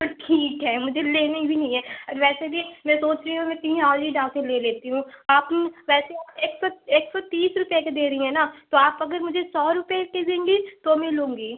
तो ठीक है मुझे लेनी भी नहीं है और वैसे भी मैं सोच रही हूँ मैं कहीं और ही जा कर ले लेती हूँ आप वैसे ही आप एक सौ एक सौ तीस रुपये की दे री हैं ना तो आप अगर मुझे सौ रुपये की देंगी तो मैं लूँगी